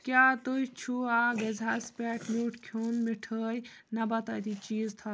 کیٛاہ تُہۍ چھُوا غذہَس پٮ۪ٹھ میوٗٹھ کھیوٚن مِٹھٲے نَباتاتی چیٖز تھہ